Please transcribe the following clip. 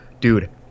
Dude